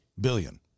billion